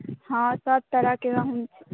हॅं सभ तरहके गहूॅंम छै